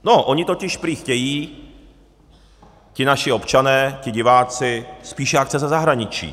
No oni totiž prý chtějí ti naši občané, diváci, spíše akce ze zahraničí.